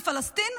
והיא פלסטין.